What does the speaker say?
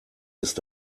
ist